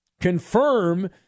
confirm